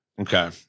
Okay